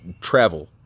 travel